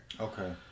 Okay